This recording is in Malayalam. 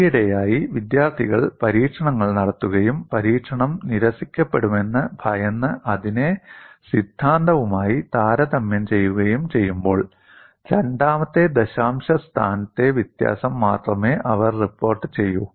ഈയിടെയായി വിദ്യാർത്ഥികൾ പരീക്ഷണങ്ങൾ നടത്തുകയും പരീക്ഷണം നിരസിക്കപ്പെടുമെന്ന് ഭയന്ന് അതിനെ സിദ്ധാന്തവുമായി താരതമ്യം ചെയ്യുകയും ചെയ്യുമ്പോൾ രണ്ടാമത്തെ ദശാംശ സ്ഥാനത്തെ വ്യത്യാസം മാത്രമേ അവർ റിപ്പോർട്ടു ചെയ്യൂ